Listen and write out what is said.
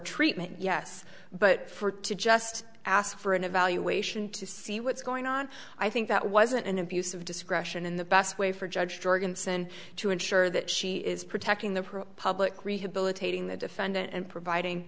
treatment yes but for to just ask for an evaluation to see what's going on i think that wasn't an abuse of discretion in the best way for judge jorgensen to ensure that she is protecting the public rehabilitating the defendant and providing